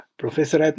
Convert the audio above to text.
professor